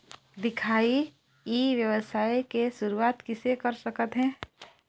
दिखाही ई व्यवसाय के शुरुआत किसे कर सकत हे?